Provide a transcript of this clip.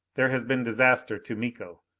there has been disaster to miko.